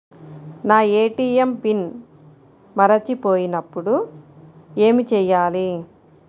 నా ATM pin మరచిపోయినప్పుడు ఏమి చేయాలి?